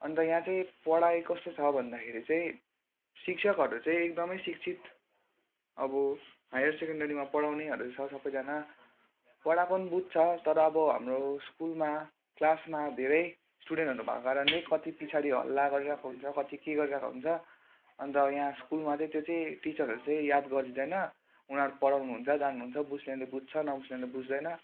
अन्त यहाँ चाहिँ पढाइ कस्तो छ भन्दाखेरि चाहिँ शिक्षकहरू चाहिँ एकदमै शिक्षित अब हायर सेकेन्डरीमा पढाउनेहरू छ सबैजना पढाको पनि बुझ्छ तर अब हाम्रो स्कुलमा क्लासमा धेरै स्टुडेन्टहरू भएको कारणले कति पछाडि हल्ला गरिरहेको हुन्छ कति के गरिरहेको हुन्छ अन्त यहाँ स्कुलामा चाहिँ त्यो चाहिँ टिचरहरले चाहिँ याद गरिदिँदैन उनीहरू पढाउनु हुन्छ जानुहुन्छ बुझ्नेले बुझ्छ नबुझ्नेले बुझ्दैन